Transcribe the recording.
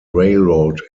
railroad